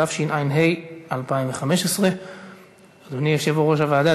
התשע"ה 2015. אדוני יושב-ראש הוועדה,